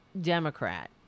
Democrat